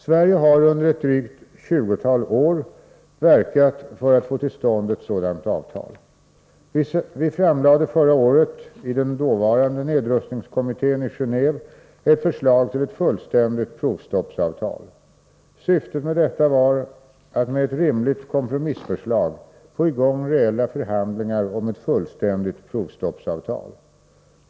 Sverige har under drygt 20 år verkat för att få till stånd ett sådant avtal. Vi framlade förra året i den dåvarande nedrustningskommittén i Geneve ett förslag till ett fullständigt provstoppsavtal. Syftet med detta var att med ett rimligt kompromissförslag få i gång reella förhandlingar om ett fullständigt provstoppsavtal.